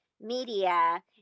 media